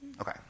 Okay